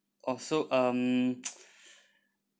also um